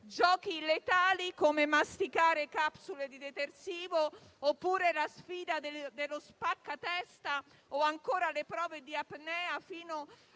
giochi letali come masticare capsule di detersivo, oppure la sfida dello spaccatesta, o ancora le prove di apnea fino al